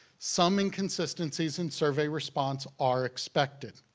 some inconsistencies in survey response are expected.